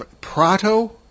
Prato